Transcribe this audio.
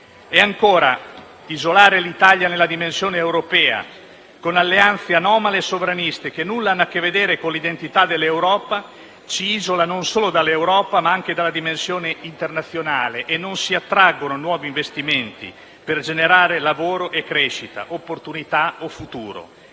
E, ancora, isolare l'Italia nella dimensione europea con alleanze anomale e sovraniste, che nulla hanno a che vedere con l'identità dell'Europa, ci isola non solo dall'Europa, ma anche dalla dimensione internazionale e non si attraggono così nuovi investimenti per generare lavoro e crescita, opportunità o futuro;